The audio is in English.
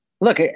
Look